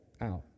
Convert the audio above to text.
out